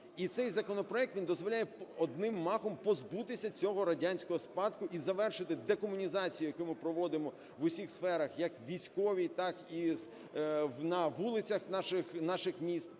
І цей законопроект, він дозволяє одним махом позбутися цього радянського спадку і завершити декомунізацію, яку ми проводимо в усіх сферах – як у військовій, так і на вулицях наших міст,